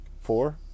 Four